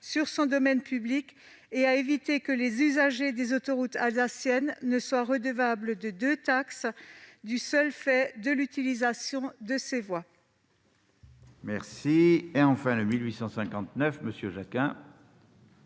sur son domaine public et d'éviter que les usagers des autoroutes alsaciennes ne soient redevables de deux taxes du seul fait de l'utilisation de ces voies. L'amendement n° 1859 rectifié